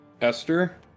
Esther